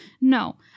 no